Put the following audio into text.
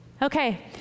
Okay